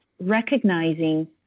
recognizing